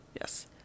Yes